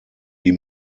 die